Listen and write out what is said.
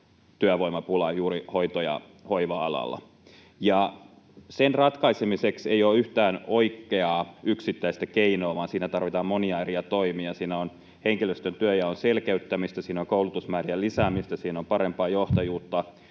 työvoimapula juuri hoito- ja hoiva-alalla. Sen ratkaisemiseksi ei ole yhtään yksittäistä oikeaa keinoa, vaan siinä tarvitaan monia eri toimia. Siinä on henkilöstön työnjaon selkeyttämistä, siinä on koulutusmäärien lisäämistä, siinä on parempaa johtajuutta